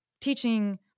teaching